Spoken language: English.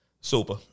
Super